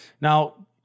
Now